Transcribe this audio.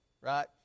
right